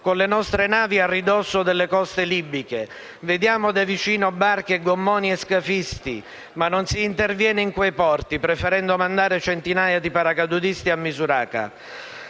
con le nostre navi a ridosso delle coste libiche; vediamo da vicino barche, gommoni e scafisti, ma non si interviene in quei porti, preferendo mandare centinaia di paracadutisti a Misurata.